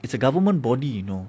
it's a government body you know